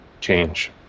Change